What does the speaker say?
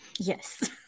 Yes